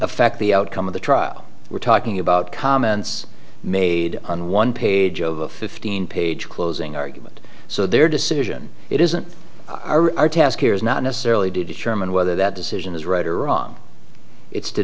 affect the outcome of the trial we're talking about comments made on one page of a fifteen page closing argument so their decision it isn't our task here is not necessarily to determine whether that decision is right or wrong it's to